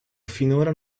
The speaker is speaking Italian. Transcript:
finora